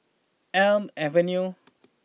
Elm Avenue